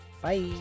Bye